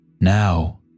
Now